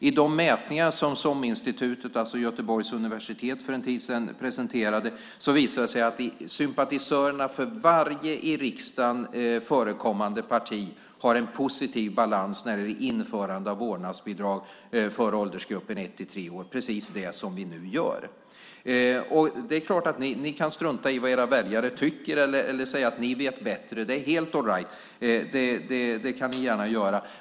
I de mätningar som Göteborgs universitet för en tid sedan presenterade visade det sig att sympatisörerna för varje i riksdagen förekommande parti har en positiv balans när det gäller införande av vårdnadsbidrag för åldersgruppen ett-tre år, precis det som vi nu gör. Det är klart att ni kan strunta i vad era väljare tycker eller säga att ni vet bättre - det är helt all right; det kan ni gärna göra.